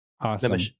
Awesome